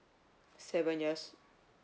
seven years